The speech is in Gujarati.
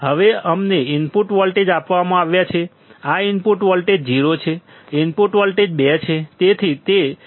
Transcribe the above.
હવે અમને ઇનપુટ વોલ્ટેજ આપવામાં આવ્યા છે આ ઇનપુટ વોલ્ટેજ 1 છે ઇનપુટ વોલ્ટેજ 2 છે